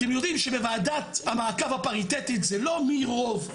אתם יודעים שבוועדת המעקב הפריטטית זה לא מי רוב.